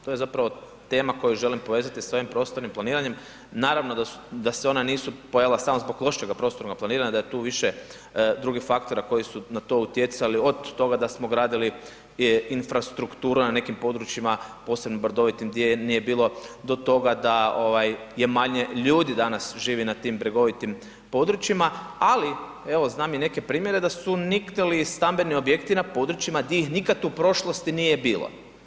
To je zapravo tema koju želim povezati sa ovim prostornim planiranjem, naravno da se ona nisu pojavila samo zbog prostornog planiranja da je tu više drugih faktora koji su na to utjecali od tog da smo gradili i infrastrukturu na nekim područjima, posebno brdovitim gdje je nije bilo do toga da ovaj je manje ljudi danas živi na tim bregovitim područjima, ali evo znam i neke primjere da su niknuli stambeni objekti na područjima gdje ih nikad u prošlosti nije bilo.